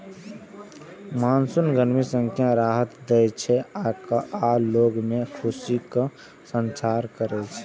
monsoon गर्मी सं राहत दै छै आ लोग मे खुशीक संचार करै छै